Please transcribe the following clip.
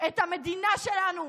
את המדינה שלנו,